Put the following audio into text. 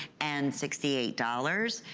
and sixty eight dollars,